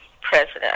president